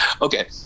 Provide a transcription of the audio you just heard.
Okay